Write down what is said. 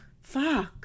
Fuck